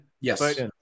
Yes